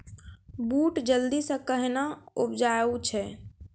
बूट जल्दी से कहना उपजाऊ छ?